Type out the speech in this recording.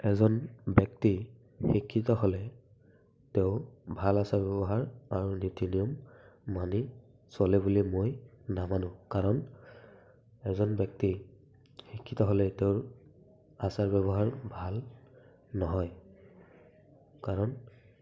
এজন ব্যক্তি শিক্ষিত হ'লেই তেওঁ ভাল আচাৰ ব্যৱহাৰ আৰু নীতি নিয়ম মানি চলে বুলি মই নামানো কাৰণ এজন ব্যক্তি শিক্ষিত হ'লেই তেওঁৰ আচাৰ ব্যৱহাৰ ভাল নহয় কাৰণ